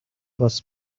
бас